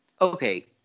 Okay